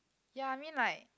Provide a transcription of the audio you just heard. ya I mean like